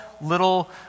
little